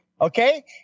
Okay